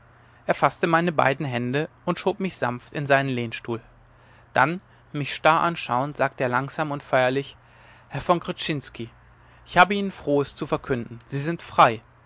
faßte meine beiden hände und schob mich sanft in seinen lehnstuhl dann mich starr anschauend sagte er langsam und feierlich herr von krcszinski ich habe ihnen frohes zu verkünden sie sind frei